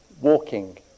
walking